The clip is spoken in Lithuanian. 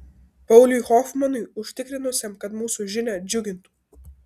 pauliui hofmanui užtikrinusiam kad mūsų žinia džiugintų